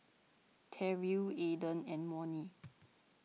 Terrill Aaden and Monnie